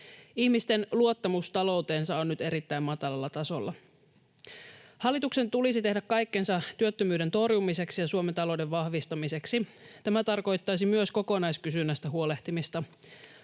Ihmisten luottamus talouteensa on nyt erittäin matalalla tasolla. Hallituksen tulisi tehdä kaikkensa työttömyyden torjumiseksi ja Suomen talouden vahvistamiseksi. Tämä tarkoittaisi myös kokonaiskysynnästä huolehtimista.